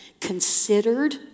considered